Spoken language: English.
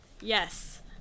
yes